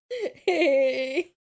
Hey